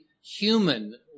human